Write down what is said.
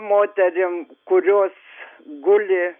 moterim kurios guli